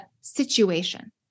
situation